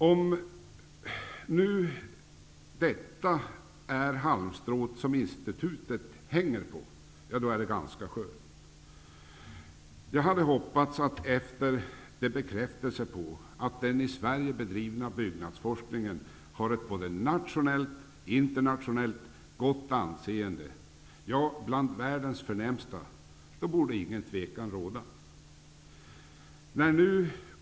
Om nu detta är det halmstrå som institutet hänger på, då är det ganska skört. Jag hade hoppats på att inget tvivel längre skulle råda efter bekräftelsen på att den i Sverige bedrivna byggnadsforskningen har ett både nationellt och internationellt gott anseende, ja, ett av världens förnämsta.